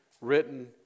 written